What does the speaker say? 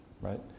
right